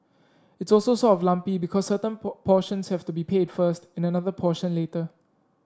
it's also sort of lumpy certain portions have to be paid first and another portion later